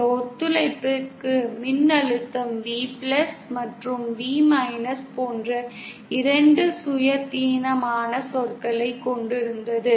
இந்த ஒத்துழைப்புக்கு மின்னழுத்தம் V மற்றும் V போன்ற 2 சுயாதீனமான சொற்களைக் கொண்டிருந்தது